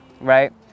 right